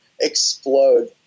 explode